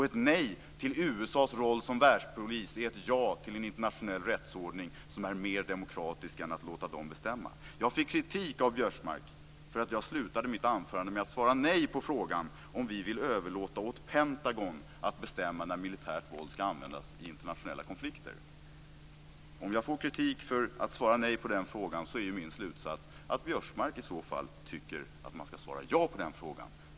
Ett nej till USA:s roll som världspolis är ett ja till en internationell rättsordning som är mer demokratisk och inte låter dem bestämma. Jag fick kritik av Biörsmark för att jag slutade mitt anförande med att svara nej på frågan om vi vill överlåta åt Pentagon att bestämma när militärt våld skall användas i internationella konflikter. Om jag får kritik för att svara nej på den frågan, är min slutsats att Biörsmark i så fall tycker att man skall svara ja på den frågan.